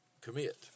commit